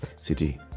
City